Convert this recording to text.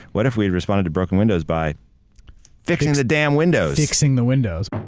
what if we had responded to broken windows by fixing the damn windows. fixing the windows.